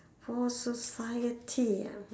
for society ah